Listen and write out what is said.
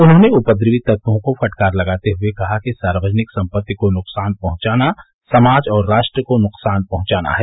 उन्होंने उपद्रवी तत्वों को फटकार लगाते हुए कहा कि सार्वजनिक संपत्ति को नुकसान पहुंचाना समाज और राष्ट्र को नुकसान पहुंचाना है